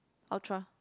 ultra